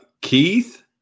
Keith